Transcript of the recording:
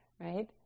Right